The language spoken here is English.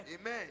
Amen